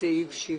עם